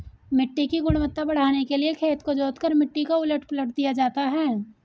मिट्टी की गुणवत्ता बढ़ाने के लिए खेत को जोतकर मिट्टी को उलट पलट दिया जाता है